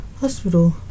hospital